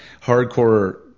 hardcore